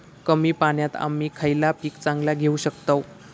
कमी पाण्यात आम्ही खयला पीक चांगला घेव शकताव?